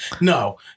no